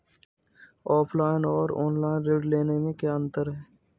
Offline और online ऋण लेने में क्या अंतर है?